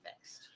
fixed